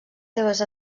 seves